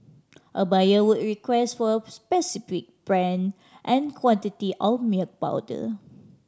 a buyer would request for a specific brand and quantity of milk powder